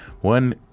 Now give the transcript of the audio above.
One